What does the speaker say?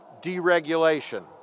deregulation